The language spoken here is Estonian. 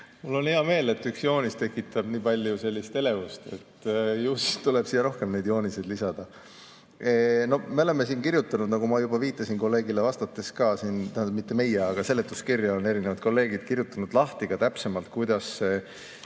Mul on hea meel, et üks joonis tekitab nii palju elevust. Ju siis tuleb siia rohkem neid jooniseid lisada. Me oleme siin kirjutanud, nagu ma juba viitasin kolleegile vastates ka siin, tähendab, mitte meie, aga seletuskirja on erinevad kolleegid kirjutanud lahti ka täpsemalt, kuidas